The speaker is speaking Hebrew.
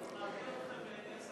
עד שתתגלה האמת,